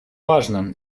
важно